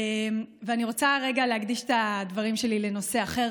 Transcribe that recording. אני רוצה להקדיש את הדברים שלי לנושא אחר,